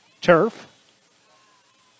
turf